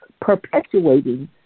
perpetuating